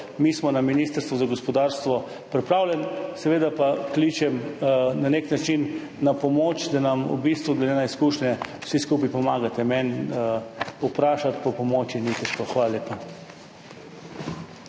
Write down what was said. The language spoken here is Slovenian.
Mi na ministrstvu za gospodarstvo smo pripravljeni, seveda pa kličem na nek način na pomoč, da nam glede na izkušnje vsi skupaj pomagate. Meni vprašati po pomoči ni težko. Hvala lepa.